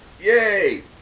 yay